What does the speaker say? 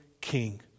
king